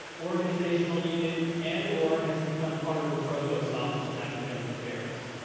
organizational unit and or has become part of the provost office of academic affairs.